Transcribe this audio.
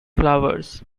flowers